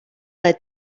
led